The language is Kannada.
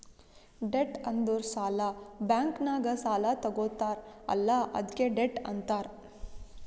ಡೆಟ್ ಅಂದುರ್ ಸಾಲ, ಬ್ಯಾಂಕ್ ನಾಗ್ ಸಾಲಾ ತಗೊತ್ತಾರ್ ಅಲ್ಲಾ ಅದ್ಕೆ ಡೆಟ್ ಅಂತಾರ್